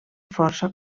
força